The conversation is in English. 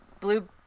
blue